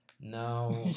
No